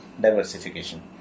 diversification